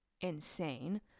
insane